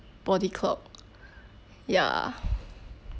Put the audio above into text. body clock ya